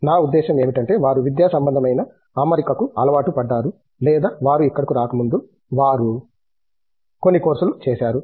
నా ఉద్దేశ్యం ఏమిటంటే వారు విద్యాసంబంధమైన అమరికకు అలవాటు పడ్డారు లేదా వారు ఇక్కడకు రాకముందే వారు కొన్ని కోర్సులు చేసారు